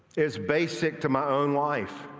it's basic to my own life.